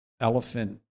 elephant